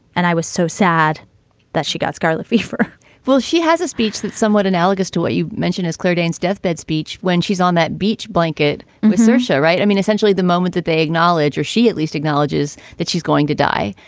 and i was so sad that she got scarlet fever well, she has a speech that's somewhat analogous to what you mentioned is claire danes deathbed speech when she's on that beach blanket assertion. right. i mean, essentially, the moment that they acknowledge or she at least acknowledges that she's going to die.